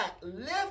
lift